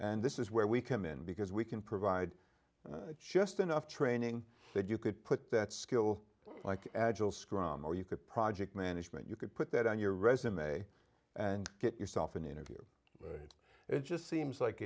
and this is where we come in because we can provide just enough training that you could put that skill like agile scrum or you could project management you could put that on your resume and get yourself an interview it just seems like